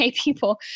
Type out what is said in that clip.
people